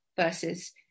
versus